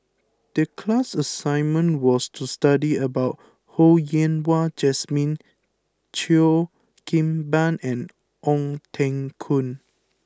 the class assignment was to study about Ho Yen Wah Jesmine Cheo Kim Ban and Ong Teng Koon